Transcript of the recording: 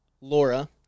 Laura